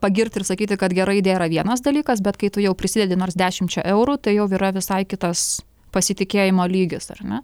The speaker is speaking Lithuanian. pagirti ir sakyti kad gera idėja yra vienas dalykas bet kai tu jau prisidedi nors dešimčia eurų tai jau yra visai kitas pasitikėjimo lygis ar ne